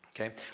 Okay